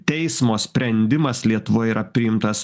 teismo sprendimas lietuvoj yra priimtas